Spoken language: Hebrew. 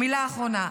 מילה אחרונה.